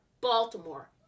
Baltimore